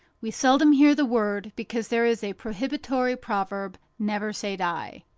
we seldom hear the word, because there is a prohibitory proverb, never say die.